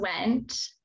went